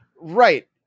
Right